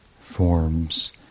forms